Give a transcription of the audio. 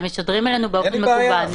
הם משדרים אלינו באופן מקוון,